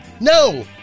No